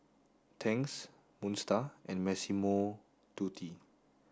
Tangs Moon Star and Massimo Dutti